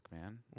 man